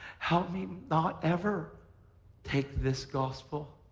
help me not ever take this gospel,